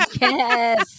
yes